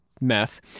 meth